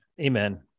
Amen